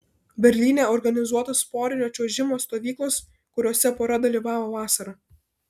berlyne organizuotos porinio čiuožimo stovyklos kuriose pora dalyvavo vasarą